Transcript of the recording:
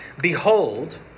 Behold